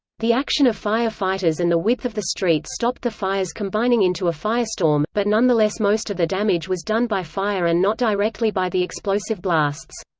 the action of fire fighters and the width of the streets stopped the fires combining into a firestorm, but nonetheless most of the damage was done by fire and not directly by the explosive blasts.